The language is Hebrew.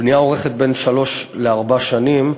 הבנייה נמשכת בין שלוש לארבע שנים,